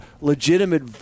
legitimate